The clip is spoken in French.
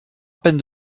peine